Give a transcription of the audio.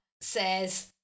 says